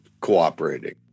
cooperating